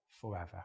forever